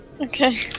Okay